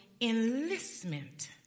enlistment